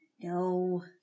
No